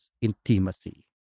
intimacy